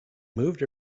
moved